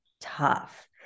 tough